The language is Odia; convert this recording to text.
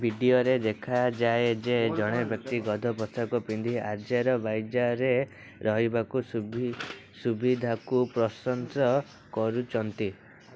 ଭିଡ଼ିଓରେ ଦେଖାଯାଏ ଯେ ଜଣେ ବ୍ୟକ୍ତି ଗଧ ପୋଷାକ ପିନ୍ଧି ଆଜେର ବାଇଜାନରେ ରହିବାର ସୁବିଧାକୁ ପ୍ରଶଂସା କରୁଛନ୍ତି